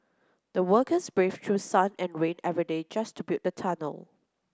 the workers braved through sun and rain every day just to build the tunnel